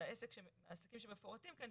אלו העסקים שמפורטים כאן,